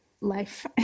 life